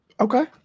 Okay